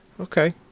Okay